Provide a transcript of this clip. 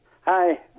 Hi